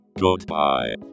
Goodbye